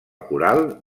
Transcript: coral